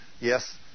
yes